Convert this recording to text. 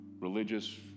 religious